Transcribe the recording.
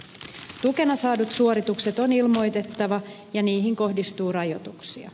tukena saadut suoritukset on ilmoitettava ja niihin kohdistuu rajoituksia